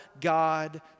God